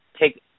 take